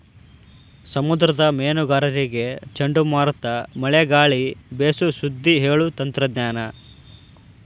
ಸಮುದ್ರದ ಮೇನುಗಾರರಿಗೆ ಚಂಡಮಾರುತ ಮಳೆ ಗಾಳಿ ಬೇಸು ಸುದ್ದಿ ಹೇಳು ತಂತ್ರಜ್ಞಾನ